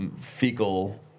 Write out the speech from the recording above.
fecal